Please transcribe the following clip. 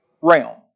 realm